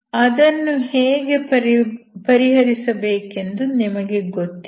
ಅದನ್ನು ಹೇಗೆ ಪರಿಹರಿಸಬೇಕೆಂದು ನಿಮಗೆ ಗೊತ್ತಿದೆ